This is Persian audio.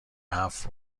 هفت